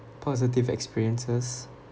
positive experiences